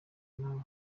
nawe